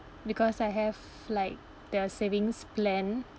because I have like the savings plan